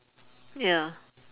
ya